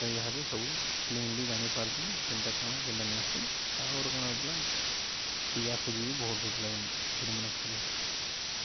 ତ ଏହାଦେଇ ସବୁ କ୍ଲିନଲି ଜାଣି ପାରୁଛୁ କୋଉଟା କ'ଣ କୋଉଟା ହେଉଛି ସେ ଆଗରୁ କ'ଣ ହେଉଥିଲା ଖୋଜା ଖୋଜିବି ବି ବହୁତ ହେଉଥିଲା କ୍ରିକେଟ ମାନେ ଖେଳୁଥିଲେ